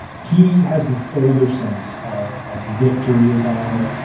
he has this older sense of of victory as honor,